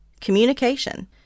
communication